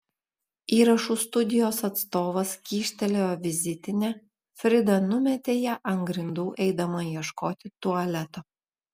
įrašų studijos atstovas kyštelėjo vizitinę frida numetė ją ant grindų eidama ieškoti tualeto